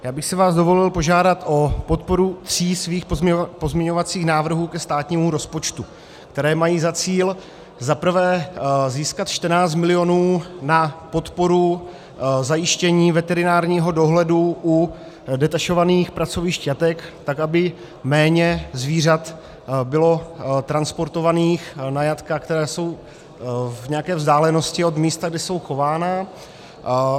Dovolil bych si vás požádat o podporu tří svých pozměňovacích návrhů ke státnímu rozpočtu, které mají za cíl zaprvé získat 14 milionů na podporu zajištění veterinárního dohledu u detašovaných pracovišť jatek tak, aby méně zvířat bylo transportovaných na jatka, která jsou v nějaké vzdálenosti od místa, kde jsou chována.